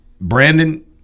Brandon